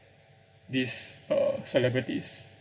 these uh celebrities